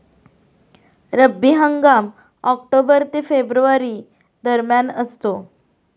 रब्बी हंगाम ऑक्टोबर ते फेब्रुवारी दरम्यान असतो